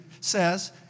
says